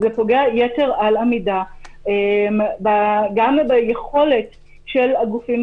זה פוגע יתר על המידה גם על היכולת של הגופים